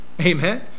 Amen